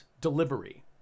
delivery